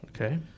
Okay